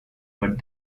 but